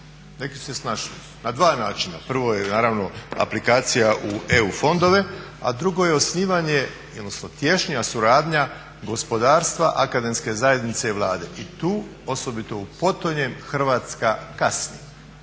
neki su se snašli, na dva načina. Prvo je naravno aplikacija u EU fondove, a drugo je osnivanje odnosno tješnja suradnja gospodarstva, akademske zajednice i Vlade i tu osobito u potonjem Hrvatska kasni.